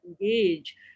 engage